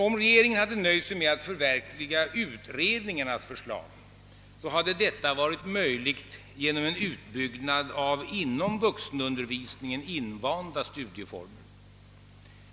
Om regeringen hade nöjt sig med att förverkliga utredningarnas förslag, hade detta varit möjligt genom en utbyggnad av invanda studieformer inom vuxenundervisningen.